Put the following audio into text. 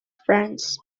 france